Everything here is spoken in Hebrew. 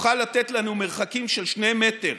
תוכל לתת לנו מרחקים של שני מטר